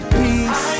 peace